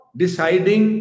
deciding